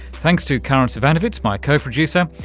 thanks to karin zsivanovits my co-producer,